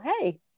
hey